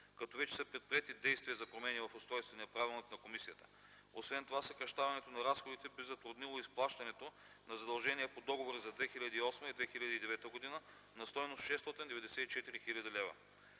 като вече са предприети действия за промени в устройствения правилник на комисията. Освен това съкращаването на разходите би затруднило изплащането на задължения по договори от 2008 и 2009 г. на стойност 694 хил. лв.